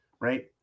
right